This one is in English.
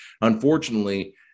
unfortunately